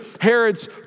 Herod's